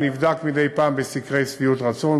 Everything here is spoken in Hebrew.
נבדק מדי פעם בסקרי שביעות רצון,